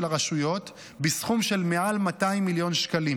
הרשויות בסכום של מעל 200 מיליון שקלים,